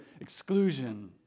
exclusion